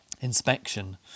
inspection